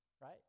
Right